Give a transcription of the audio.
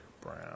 brown